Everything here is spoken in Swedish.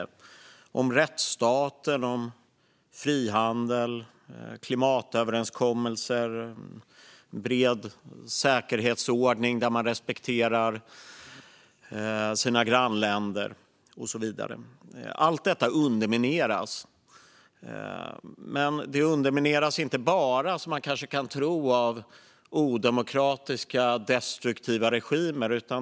Det handlar om rättsstaten, frihandel, klimatöverenskommelser, en bred säkerhetsordning där man respekterar sina grannländer och så vidare. Allt detta undermineras, men det undermineras inte bara, som man kanske kan tro, av odemokratiska, destruktiva regimer.